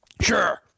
Sure